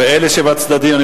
ואלה שבצדדים,